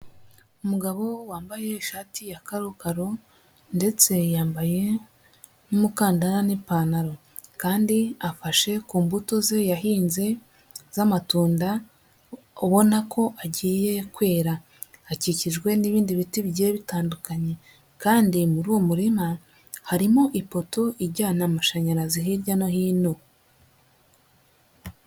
Umugabo wambaye ishati ya karokaro ndetse yambaye n'umukandara n'ipantaro kandi afashe ku mbuto ze yahinze z'amatunda ubona ko agiye kwera, akikijwe n'ibindi biti bigiye bitandukanye kandi muri uwo murima harimo harimo ipoto ijyana amashanyarazi hirya no hino.